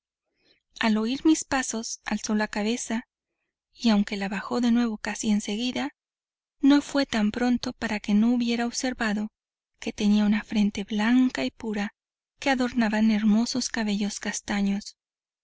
al oír mis pasos alzó la cabeza y aunque la bajó de nuevo casi en seguida no fue tan pronto para que no hubiera observado que tenía una frente blanca y pura que adornaban hermosos cabellos castaños